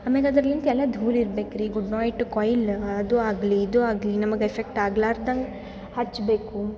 ಆಮೇಗ ಅದ್ರಲ್ಲಿಂತ ಎಲ್ಲ ದೂರ ಇರ್ಬೇರು ರೀ ಗುಡ್ ನೈಟ್ ಕ್ವಾಯ್ಲ್ ಅದು ಆಗಲಿ ಇದು ಆಗಲಿ ನಮಗೆ ಎಫೆಕ್ಟ್ ಆಗ್ಲಾರ್ದಂಗೆ ಹಚ್ಚಬೇಕು